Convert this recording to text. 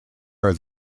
are